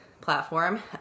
platform